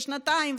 ושנתיים,